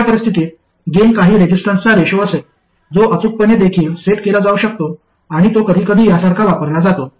अशा परिस्थितीत गेन काही रेजिस्टन्सचा रेशो असेल जो अचूकपणे देखील सेट केला जाऊ शकतो आणि तो कधीकधी यासारखा वापरला जातो